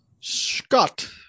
Scott